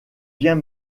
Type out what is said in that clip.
vient